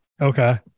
Okay